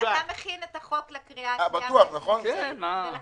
אתה מכין את החוק לקריאה השנייה ולקריאה השלישית,